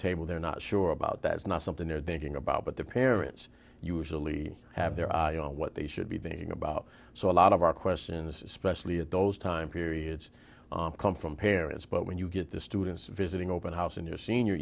table they're not sure about that it's not something they're thinking about but the parents usually have their eye on what these should be thinking about so a lot of our questions especially at those time periods come from parents but when you get the students visiting open house in your senior